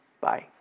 Bye